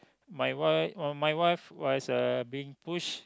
my wife uh my wife was uh being pushed